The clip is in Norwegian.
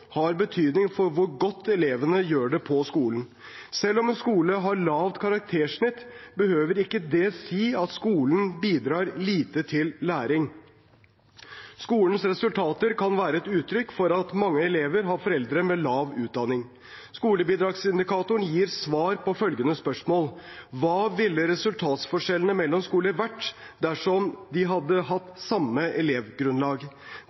har betydning for hvor godt elevene gjør det på skolen. Selv om en skole har lavt karaktersnitt, behøver ikke det si at skolen bidrar lite til læring. Skolens resultater kan være et uttrykk for at mange av elevene har foreldre med lav utdanning. Skolebidragsindikatorene gir svar på følgende spørsmål: Hva ville resultatforskjellene mellom skoler vært dersom de hadde